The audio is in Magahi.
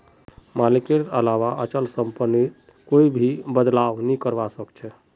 मालिकेर अलावा अचल सम्पत्तित कोई भी बदलाव नइ करवा सख छ